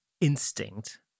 instinct